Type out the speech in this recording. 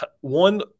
One